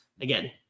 Again